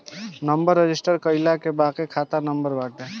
number register कईला के बाके खाता बनत बाटे